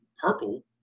purple